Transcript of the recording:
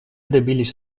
добились